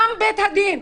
גם בית הדין.